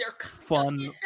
fun